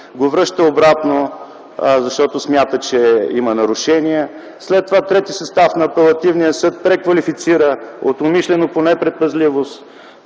го връща обратно, защото смята, че има нарушения. След това Трети състав на Апелативния съд преквалифицира от „умишлено” – „по непредпазливост”.